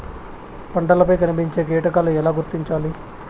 పంటలపై కనిపించే కీటకాలు ఎలా గుర్తించాలి?